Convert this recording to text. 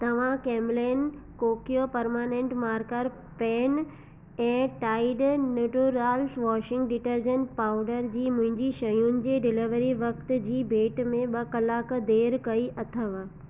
तव्हां Camlin Kokuyo permanent marker pen ऐं Tide naturals washing detergent powder जी मुंहिंजी शयुनि जे डिलीवरी वक़्त जी भेट में ॿ कलाक देरि कई अथव